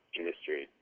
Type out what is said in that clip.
industry